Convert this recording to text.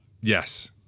Yes